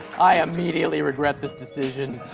i immediately regret this decision.